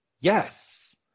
Yes